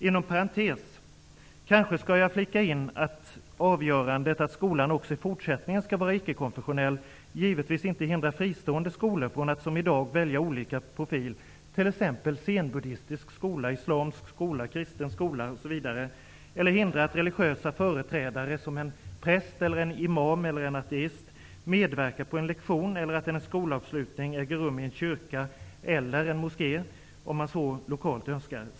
Jag skall kanske flika in att klargörandet att skolan också i fortsättningen skall vara icke-konfessionell givetvis inte hindrar fristående skolor från att som i dag välja olika profiler, t.ex. zenbuddistisk, islamsk eller kristen, att religiösa företrädare, t.ex. en präst, imam eller ateist, medverkar på en lektion, eller att en skolavslutning äger rum i en kyrka eller en moské om man så önskar.